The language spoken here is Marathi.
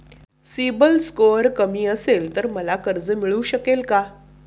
सिबिल स्कोअर कमी असेल तर मला कर्ज मिळू शकेल का?